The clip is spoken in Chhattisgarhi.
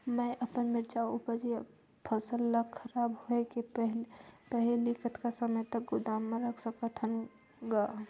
मैं अपन मिरचा ऊपज या फसल ला खराब होय के पहेली कतका समय तक गोदाम म रख सकथ हान ग?